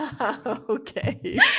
Okay